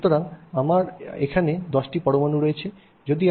সুতরাং আমার এখানে 10 টি পরমাণু রয়েছে